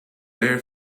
air